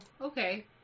okay